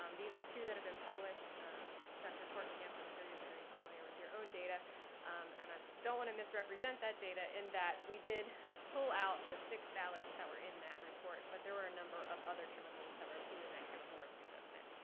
um these are two that have been published dr. kortenkamp, i'm sure you're very familiar with your own data and i don't want to misrepresent that data in that we did pull out the six phthalates that were in that report, but there were a number of other chemicals that were included in that chemical risk assessment.